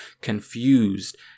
confused